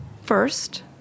First